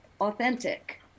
authentic